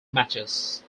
matches